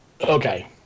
Okay